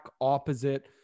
opposite